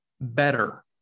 better